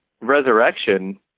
resurrection